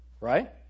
right